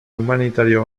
humanitario